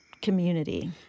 community